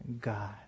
God